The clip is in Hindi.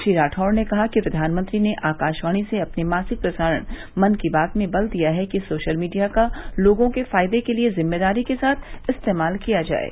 श्री राठौड़ ने कहा कि प्र्यानमंत्री ने आकाशवाणी से अपने मासिक प्रसारण मन की बात में बल दिया है कि सोशल मीडिया का लोगों के फायदे के लिए ज़िम्मेदारी के साथ इस्तेमाल किया जाये